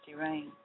rain